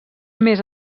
més